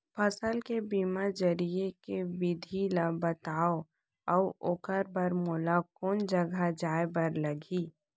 फसल के बीमा जरिए के विधि ला बतावव अऊ ओखर बर मोला कोन जगह जाए बर लागही?